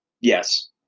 Yes